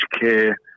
care